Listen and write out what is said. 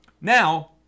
Now